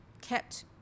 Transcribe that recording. kept